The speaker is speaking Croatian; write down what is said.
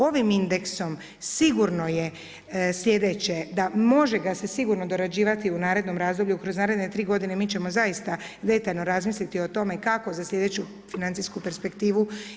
Ovim indeksom sigurno je sljedeće da može ga se sigurno dorađivati u narednom razdoblju kroz naredne tri godine i mi ćemo zaista detaljno razmisliti o tome kako za sljedeću financijsku perspektivu.